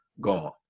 gone